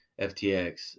FTX